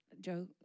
Joe